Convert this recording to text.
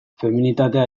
feminitatea